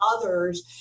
others